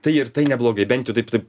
tai ir tai neblogai bent jau taip taip